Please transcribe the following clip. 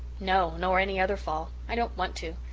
no nor any other fall. i don't want to.